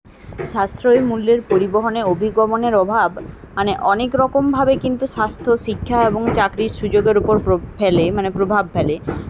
সাশ্রয়ী মূল্যের পরিবহনে অভিগমনের অভাব মানে অনেক রকমভাবে কিন্তু স্বাস্থ্য শিক্ষা এবং চাকরির সুযোগের ওপর প্রব ফেলে মানে প্রভাব ফেলে